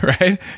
Right